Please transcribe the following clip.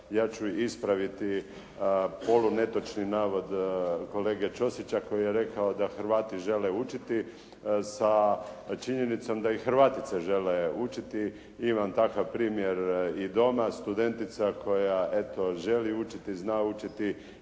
ja ću ispraviti polu netočni navod kolege Ćosića koji je rekao da Hrvati žele učiti sa činjenicom da i Hrvatice žele učiti. Imam takav primjer i doma, studentica koja eto želi učiti i zna učiti